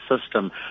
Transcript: system